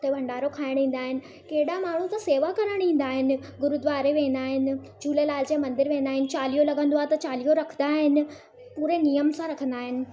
उते भंडारो खाइणु ईंदा आहिनि केॾा माण्हू त सेवा करणु ईंदा आहिनि गुरुद्वारे वेंदा आहिनि झूलेलाल जे मंदरु वेंदा आहिनि चालीहो लॻंदो आहे त चालीहो रखंदा आहिनि पूरे नियम सां रखंदा आहिनि